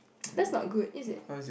that's not good is it